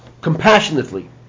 compassionately